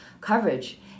coverage